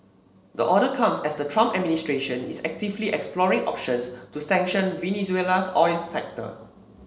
the order comes as the Trump administration is actively exploring options to sanction Venezuela's oil sector